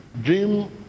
dream